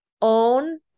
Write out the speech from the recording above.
own